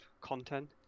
content